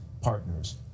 partners